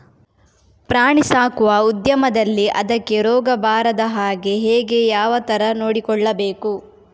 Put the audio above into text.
ಪ್ರಾಣಿ ಸಾಕುವ ಉದ್ಯಮದಲ್ಲಿ ಅದಕ್ಕೆ ರೋಗ ಬಾರದ ಹಾಗೆ ಹೇಗೆ ಯಾವ ತರ ನೋಡಿಕೊಳ್ಳಬೇಕು?